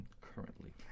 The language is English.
currently